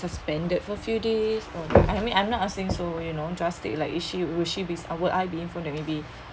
suspended for few days or I mean I'm not asking so you know just take like is she will she or would I be informed maybe